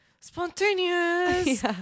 spontaneous